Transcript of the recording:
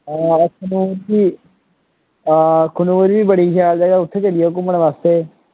अखनूर बी अखनूर बी बड़ी शैल जगहा उत्थें चली जाओ घुम्मनै बास्तै